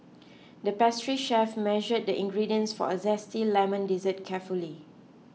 the pastry chef measured the ingredients for a Zesty Lemon Dessert carefully